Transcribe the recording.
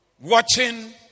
Watching